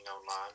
online